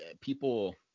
people